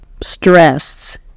Stress